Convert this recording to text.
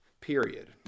period